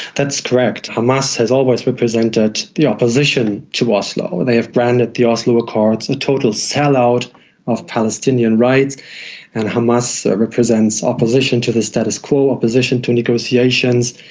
that's correct. hamas has always represented the opposition to oslo. they have branded the oslo accords a total sell-out of palestinian rights and hamas represents opposition to the status quo, opposition to negotiations.